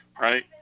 right